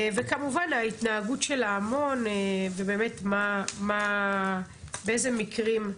וכמובן ההתנהגות של ההמון ואיזה מקרים,